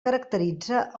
caracteritza